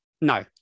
no